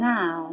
now